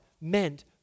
meant